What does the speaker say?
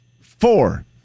Four